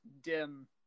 Dim